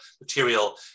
material